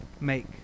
make